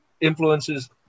influences